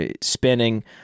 spinning